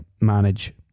manage